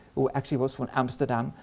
who actually was from amsterdam,